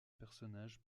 personnage